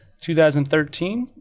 2013